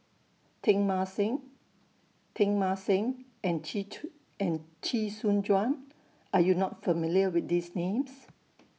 Teng Mah Seng Teng Mah Seng and Chee and Chee Soon Juan Are YOU not familiar with These Names